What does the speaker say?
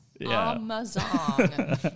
Amazon